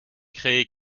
créez